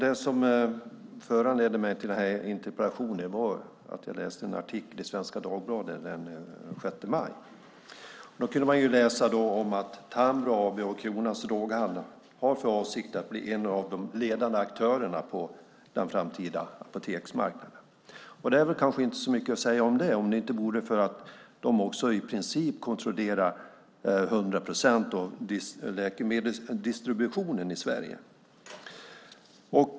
Det som föranledde interpellationen var att jag läste en artikel i Svenska Dagbladet den 6 maj. Man kunde där läsa att Tamro AB och Kronans Droghandel har för avsikt att bli en av de ledande aktörerna på den framtida apoteksmarknaden. Det vore väl kanske inte så mycket att säga om det, om det inte vore för att de också i princip kontrollerar 100 procent av läkemedelsdistributionen i Sverige.